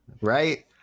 right